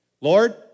Lord